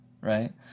right